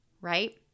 Right